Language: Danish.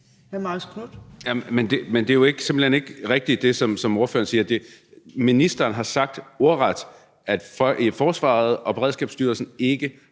Jamen det er jo simpelt hen ikke rigtigt, hvad ordføreren siger. Ministeren har sagt ordret, at forsvaret og Beredskabsstyrelsen ikke